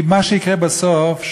כי מה שיקרה בסוף,